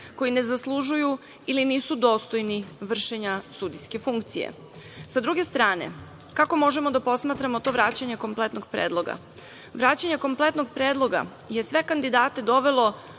koji ne zaslužuju ili nisu dostojni vršenja sudijske funkcije.S druge strane, kako možemo da posmatramo to vraćanje kompletnog predloga? Vraćanje kompletnog predloga je sve kandidate dovelo